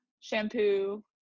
shampoo